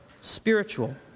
spiritual